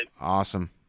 Awesome